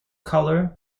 colour